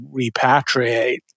repatriate